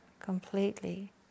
Completely